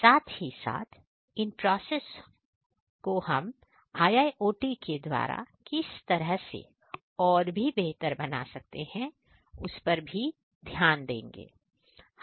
और साथ ही साथ इन प्रॉसेस इसको हम IIOT के द्वारा किस तरह से और बेहतर बना सकते हैं उस पर भी ध्यान देंगे